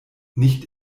nicht